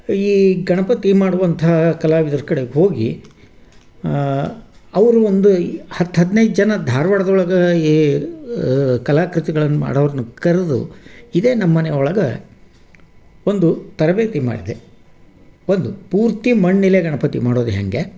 ಈ ಗಣಪತಿ ಮಾಡುವಂಥ ಕಲಾವಿದರ ಕಡೆಗೆ ಹೋಗಿ ಅವರು ಒಂದು ಹತ್ತು ಹದಿನೈದು ಜನ ಧಾರ್ವಾಡ್ದೊಳಗೆ ಈ ಕಲಾಕೃತಿಗಳನ್ನು ಮಾಡೋರನ್ನು ಕರೆದು ಇದೇ ನಮ್ಮ ಮನೆ ಒಳಗೆ ಒಂದು ತರಬೇತಿ ಮಾಡಿದೆ ಒಂದು ಪೂರ್ತಿ ಮಣ್ಣಲ್ಲೇ ಗಣಪತಿ ಮಾಡೋದು ಹೇಗೆ